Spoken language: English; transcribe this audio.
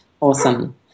awesome